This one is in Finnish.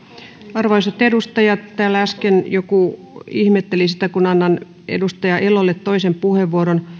arvoisat edustajat täällä äsken joku ihmetteli sitä kun annan edustaja elolle toisen puheenvuoron